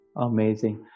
Amazing।